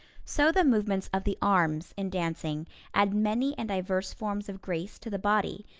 so the movements of the arms in dancing add many and diverse forms of grace to the body,